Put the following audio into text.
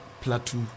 plateau